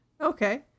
Okay